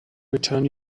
return